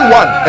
one